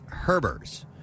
Herbers